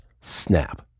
snap